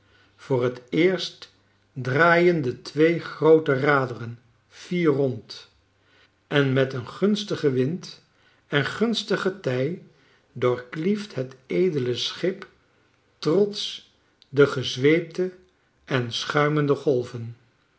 voor t eerst draaien de twee groote raderen fier rond en met een gunstigen wind en gunstig getij doorklieft het edele schip trotsch de gezweepte en schuimende golven